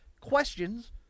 questions